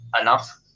enough